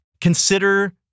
Consider